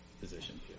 position